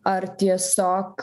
ar tiesiog